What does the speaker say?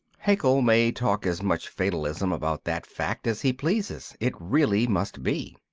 haeckel may talk as much fatalism about that fact as he pleases it really must be.